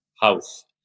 house